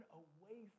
away